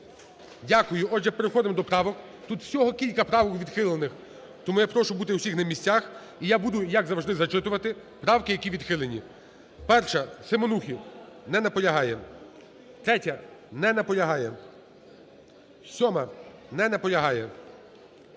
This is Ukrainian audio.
Дякую. Отже, переходимо до правок. Тут всього кілька правок відхилених. Тому я прошу бути всіх на місцях і я буду, як завжди, зачитувати правки, які відхилені. 1-а, Семенухи. Не наполягає. 3-я. Не наполягає. 7-а. Не наполягає.